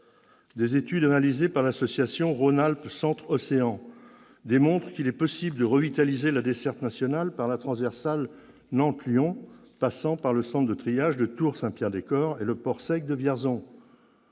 Des études réalisées par l'association Rhône-Alpes Centre Océan démontrent qu'il est possible de revitaliser la desserte nationale par la transversale Nantes-Lyon, le centre de triage de Tours-Saint-Pierre-des-Corps et le port sec de Vierzon.